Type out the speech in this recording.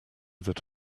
that